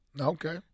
Okay